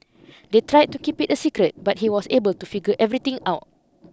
they tried to keep it a secret but he was able to figure everything out